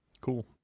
Cool